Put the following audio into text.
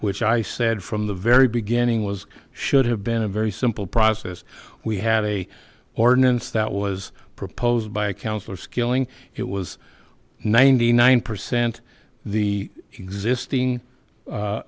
which i said from the very beginning was should have been a very simple process we had a ordinance that was proposed by a councillor skilling it was ninety nine percent the existing